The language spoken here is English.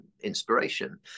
inspiration